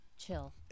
Chill